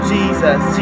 Jesus